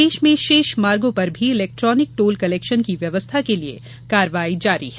प्रदेश में शेष मार्गों पर भी इलेक्ट्रॉनिक टोल कलेक्शन की व्यवस्था के लिये कार्यवाही जारी है